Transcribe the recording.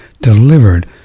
delivered